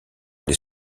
les